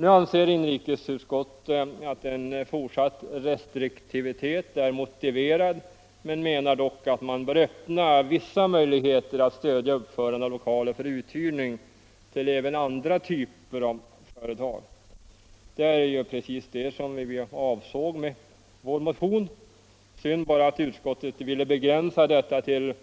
Nu anser inrikesutskottet att en fortsatt restriktivitet är motiverad men menar att man dock bör öppna vissa möjligheter att stödja uppförandet av lokaler för uthyrning till även andra typer av företag. Det är precis det vi avsåg med vår motion — det är bara synd att utskottet vill begränsa detta till